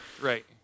Right